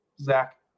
Zach